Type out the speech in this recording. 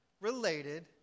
related